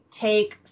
take